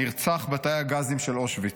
נרצח בתאי הגזים של אושוויץ.